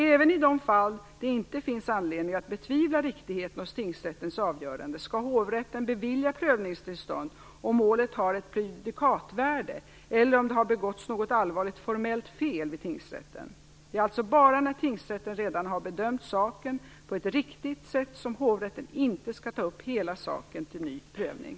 Även i de fall det inte finns anledning att betvivla riktigheten hos tingsrättens avgörande skall hovrätten bevilja prövningstillstånd, om målet har ett prejudikatvärde eller om det har begåtts något allvarligt formellt fel vid tingsrätten. Det är alltså bara när tingsrätten redan har bedömt saken på ett riktigt sätt som hovrätten inte skall ta upp hela saken till ny prövning.